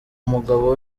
umugabo